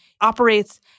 operates